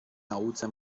nauce